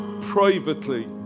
privately